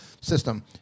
system